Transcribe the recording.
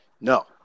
No